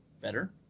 better